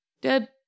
dead